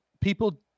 people